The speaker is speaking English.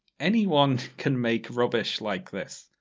anyone can make rubbish like this.